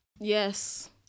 Yes